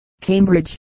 Cambridge